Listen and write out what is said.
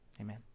Amen